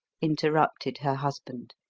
interrupted her husband.